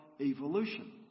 evolution